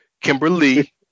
Kimberly